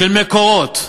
של מקורות,